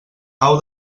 pau